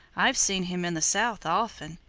i've seen him in the south often.